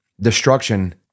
destruction